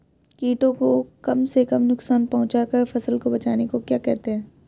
कीटों को कम से कम नुकसान पहुंचा कर फसल को बचाने को क्या कहते हैं?